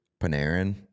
Panarin